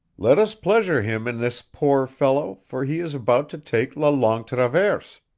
let us pleasure him in this, poor fellow, for he is about to take la longue traverse